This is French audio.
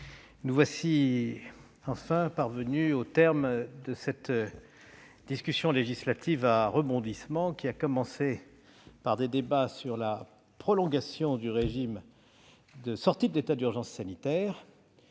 nous voici enfin parvenus au terme de cette discussion législative à rebondissements qui a commencé par des débats sur la prolongation du régime de sortie de l'état d'urgence sanitaire,